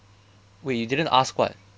wait you didn't ask what